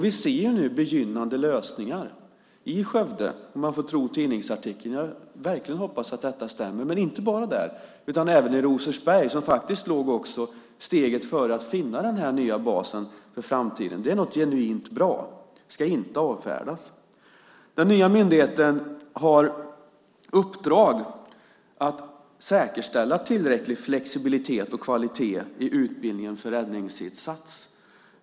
Vi ser nu begynnande lösningar i Skövde, om man får tro tidningsartikeln. Jag får verkligen hoppas att detta stämmer. Men det gäller inte bara där utan också i Rosersberg. Där låg man faktiskt steget före att finna den nya basen för framtiden. Det är något genuint bra, och det ska inte avfärdas. Den nya myndigheten har i uppdrag att säkerställa tillräcklig flexibilitet och kvalitet i utbildningen för räddningsinsats.